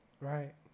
Right